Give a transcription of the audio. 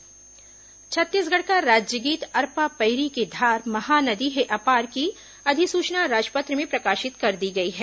राज्यगीत अधिसूचना छत्तीसगढ़ का राज्यगीत अरपा पइरी के धार महानदी हे अपार की अधिसूचना राजपत्र में प्रकाशित कर दी गई है